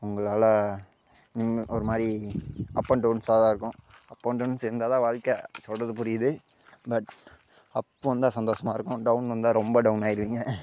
உங்களால் நீங்கள் ஒருமாதிரி அப் அண்ட் டவுன்ஸாக தான் இருக்கும் அப் அண்ட் டவுன்ஸ் இருந்தால்தான் வாழ்க்க சொல்கிறது புரியுது பட் அப் வந்து சந்தோஷமாக இருக்கும் டவுன் வந்தால் ரொம்ப டவுன் ஆயிடுவீங்க